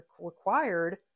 required